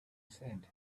said